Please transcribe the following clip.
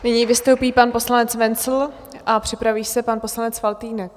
Nyní vystoupí pan poslanec Wenzl a připraví se pan poslanec Faltýnek.